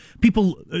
People